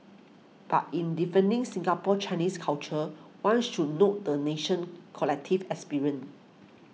but in defining Singapore Chinese culture one should note the nation's collective experience